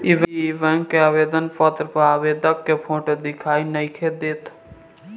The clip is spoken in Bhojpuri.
इ बैक के आवेदन पत्र पर आवेदक के फोटो दिखाई नइखे देत